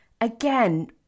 again